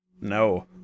No